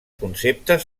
conceptes